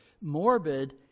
morbid